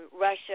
Russia